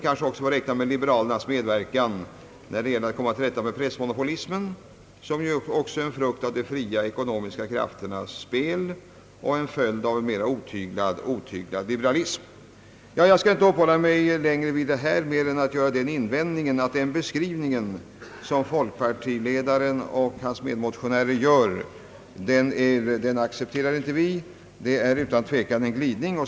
Kanske får vi räkna på liberalernas medverkan också när det gäller att komma till rätta med pressmonopolismen, som ju även den är en frukt av de s.k. fria ekonomiska krafternas spel och av en otyglad liberalism. Jag skall inte uppehålla mig längre vid detta men vill säga att vi inte accepterar den beskrivning som folkpartiledaren och hans medmotionärer har givit. Den innebär utan tvekan en glidning.